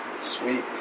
Sweet